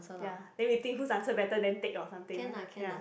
ya then we think whose answer better than take your something lah ya